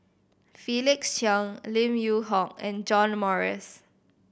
Felix Cheong Lim Yew Hock and John Morrice